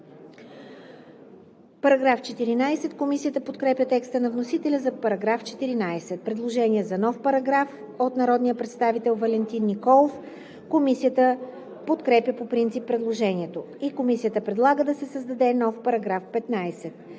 прилага.“ Комисията подкрепя текста на вносителя за § 14. Предложение за нов параграф от народния представител Валентин Николов. Комисията подкрепя по принцип предложението. Комисията предлага да се създаде § 15: „§ 15.